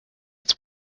its